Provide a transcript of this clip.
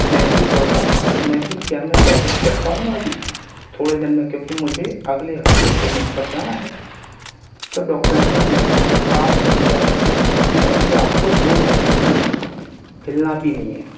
मैं की डॉक्टर साहब मैं की क्या मैं पैदल चल पाऊंगा अभी थोड़े दिन में क्योंकि मुझे अगले हफ्ते ट्रेनिंग पर जाना है तो डॉक्टर ने कहा नहीं आप नहीं जा सकते क्योंकि अभी आप को दो महीने के लिए हिलना भी नहीं है